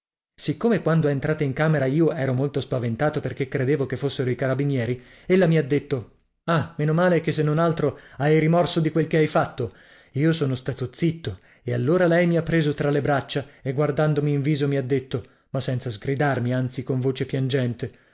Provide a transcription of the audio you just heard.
siccome quando è entrata in camera io ero molto spaventato perché credevo che fossero i carabinieri ella mi ha detto ah meno male che se non altro hai rimorso di quel che hai fatto io sono stato zitto e allora lei mi ha preso tra le braccia e guardandomi in viso mi ha detto ma senza sgridarmi anzi con voce piangente